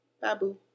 Babu